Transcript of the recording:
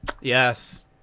Yes